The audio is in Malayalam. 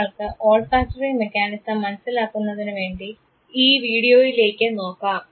നമ്മൾക്ക് ഓൾഫാക്ടറി മെക്കാനിസം മനസ്സിലാക്കുന്നതിനുവേണ്ടി ഈ വീഡിയോയിലേക്ക് നോക്കാം